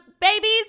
babies